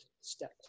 step